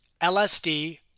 LSD